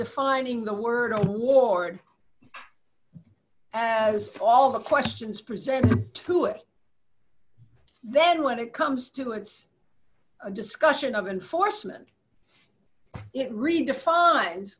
defining the word award as all the questions present to it then when it comes to it's a discussion of enforcement it redefine